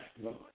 Lord